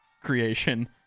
creation